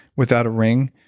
without a ring,